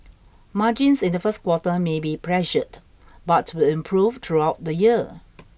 margins in the first quarter may be pressured but will improve throughout the year